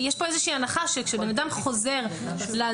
יש כאן איזושהי הנחה שכאשר בן אדם חוזר למקום